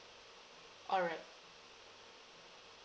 all right